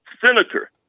Senator